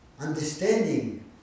understanding